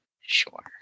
sure